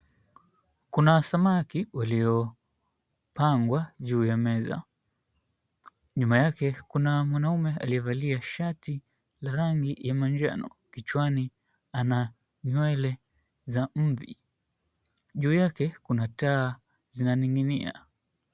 Kuna samaki uliopangwa juu ya meza, nyuma yake kuna mwanaume aliyevalia shati la rangi ya manjano, kichwani ana nywele za mvi, juu yake kuna taa zina ning'inia.